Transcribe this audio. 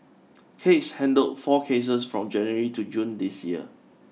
case handled four cases from January to June this year